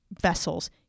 vessels